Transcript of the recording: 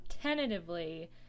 tentatively